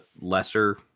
lesser